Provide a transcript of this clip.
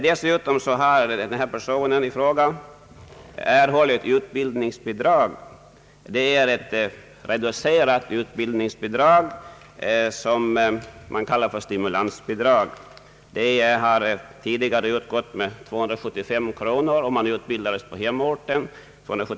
Dessutom har vederbörande erhållit utbildningsbidrag, dvs. ett reducerat utbildningsbidrag som man kallar stimulansbidrag. Detta har tidigare utgått med 275 kronor i månaden om utbildningen äger rum i hemorten.